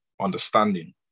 understanding